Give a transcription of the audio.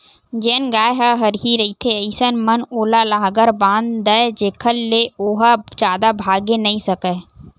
जेन गाय ह हरही रहिथे अइसन म ओला लांहगर बांध दय जेखर ले ओहा जादा भागे नइ सकय